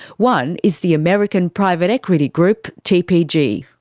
one is the american private equity group tpg.